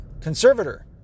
conservator